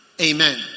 Amen